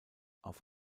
auf